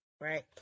Right